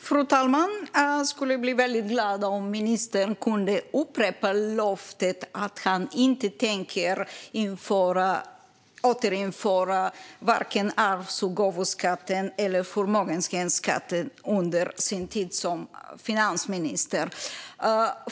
Fru talman! Jag skulle bli väldigt glad om ministern kunde upprepa löftet att han inte tänker återinföra vare sig arvs och gåvoskatten eller förmögenhetsskatten under sin tid som finansminister.